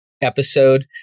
episode